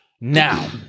Now